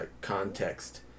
context